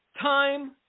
time